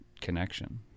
connection